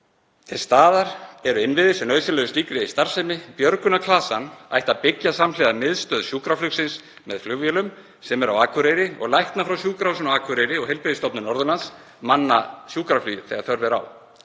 Til staðar eru innviðir sem nauðsynlegir eru slíkri starfsemi. Björgunarklasann ætti að byggja samhliða miðstöð sjúkraflugsins með flugvélum sem eru á Akureyri og læknar frá Sjúkrahúsinu á Akureyri og Heilbrigðisstofnun Norðurlands manna sjúkraflugið þegar þörf er á.